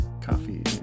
Coffee